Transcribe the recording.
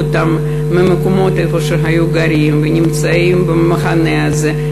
אותם מהמקומות שהיו גרים בהם נמצאים במחנה הזה,